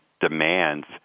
demands